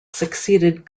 succeeded